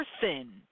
person